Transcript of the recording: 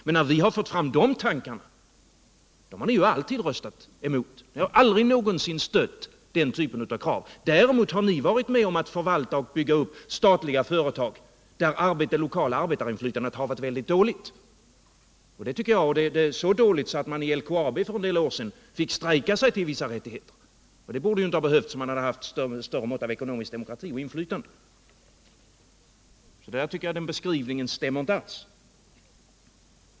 Men när vi har fört fram de tankarna har ni alltid röstat emot. Ni har aldrig någonsin stött den typen av krav. Däremot har ni varit med om att bygga upp och förvalta statliga företag. där det lokala arbetarinflytandet har varit mycket dåligt — så dåligt att man i LKAB för en del år sedan fick strejka sig till vissa rättigheter. Det borde inte ha behövts, om man hade haft ett större mått av ckonomisk demokrati och inflytande. Ingvar Svanbergs beskrivning stämmer inte alls.